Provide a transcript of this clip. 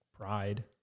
pride